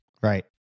Right